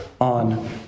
on